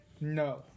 No